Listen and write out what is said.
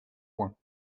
points